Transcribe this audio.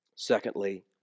Secondly